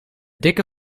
dikke